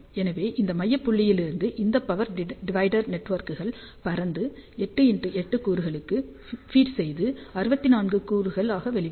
எனவே இந்த மைய புள்ளியிலிருந்து இந்த பவர் டிவைடர் நெட்வொர்க்குகள் பரந்து 8 x 8 கூறுகளுக்கு ஃபீட் செய்து 64 கூறுகளாக வெளிவரும்